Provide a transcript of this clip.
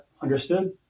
understood